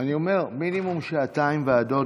אני אומר: מינימום שעתיים ועדות,